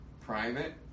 private